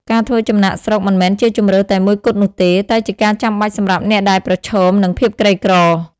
ការធ្វើចំណាកស្រុកមិនមែនជាជម្រើសតែមួយគត់នោះទេ តែជាការចាំបាច់សម្រាប់អ្នកដែលប្រឈមនឹងភាពក្រីក្រ។